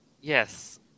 yes